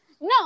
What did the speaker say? no